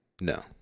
No